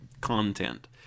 content